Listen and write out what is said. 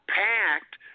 packed